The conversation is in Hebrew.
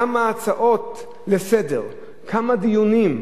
כמה הצעות לסדר-היום, כמה דיונים,